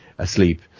Asleep